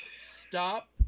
stop